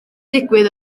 digwydd